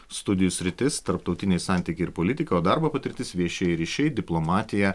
studijų sritis tarptautiniai santykiai ir politika o darbo patirtis viešieji ryšiai diplomatija